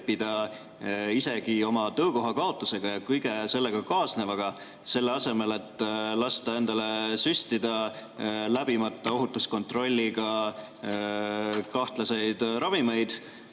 isegi oma töökoha kaotusega ja kõige sellega kaasnevaga, selle asemel et lasta endale süstida ohutuskontrolli mitteläbinud kahtlaseid ravimeid,